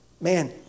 Man